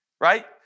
right